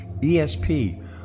ESP